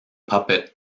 puppet